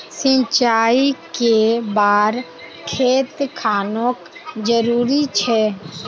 सिंचाई कै बार खेत खानोक जरुरी छै?